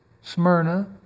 Smyrna